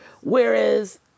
Whereas